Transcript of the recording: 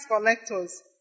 collectors